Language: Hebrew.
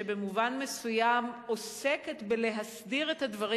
שבמובן מסוים עוסקת בלהסדיר את הדברים